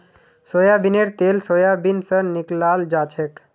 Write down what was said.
सोयाबीनेर तेल सोयाबीन स निकलाल जाछेक